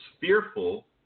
fearful